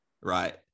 right